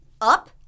up